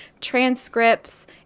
transcripts